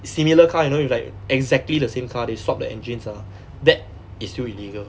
similar car you know you like exactly the same car they swap the engines ah that is still illegal